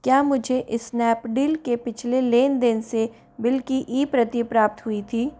क्या मुझे स्नैपडील के पिछले लेन देन से बिल की ई प्रति प्राप्त हुई थी